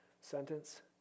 sentence